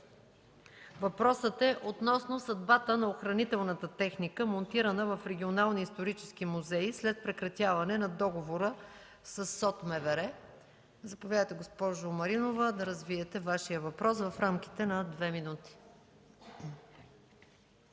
Маринова относно съдбата на охранителната техника, монтирана в Националния исторически музей, след прекратяване на договора със СОД МВР. Заповядайте, госпожо Маринова, да развиете Вашия въпрос в рамките на две минути.